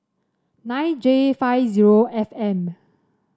nine J five zero F M